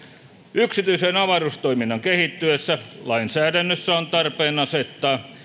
yksityisen avaruustoiminnan kehittyessä lainsäädännössä on tarpeen asettaa